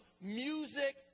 music